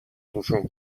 توشون